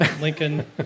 Lincoln